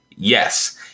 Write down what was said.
Yes